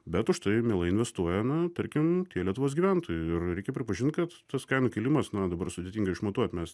bet užtai mielai investuoja na tarkim tie lietuvos gyventojai ir reikia pripažint kad tas kainų kilimas na dabar sudėtinga išmatuot mes